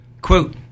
Quote